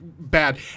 bad